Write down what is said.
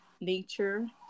nature